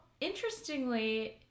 interestingly